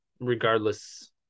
Regardless